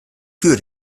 für